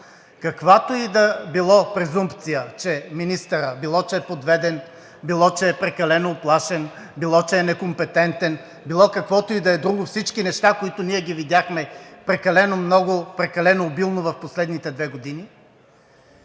Каквато и да било презумпция, че министърът – било, че е подведен, било, че е прекалено уплашен, било, че е некомпетентен, било каквото и да е друго, всички неща, които ние ги видяхме прекалено много, прекалено обилно в последните две години,